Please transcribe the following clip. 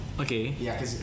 Okay